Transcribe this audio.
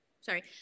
sorry